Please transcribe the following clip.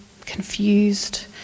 confused